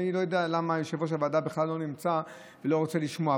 אני לא יודע למה יושב-ראש הוועדה בכלל לא נמצא ולא רוצה לשמוע,